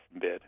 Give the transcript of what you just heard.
bid